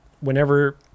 whenever